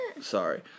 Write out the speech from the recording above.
Sorry